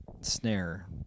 snare